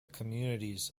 communities